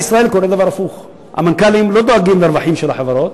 בישראל קורה דבר הפוך: המנכ"לים לא דואגים לרווחים של החברות,